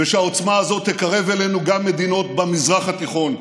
ושהעוצמה הזאת תקרב אלינו גם מדינות במזרח התיכון.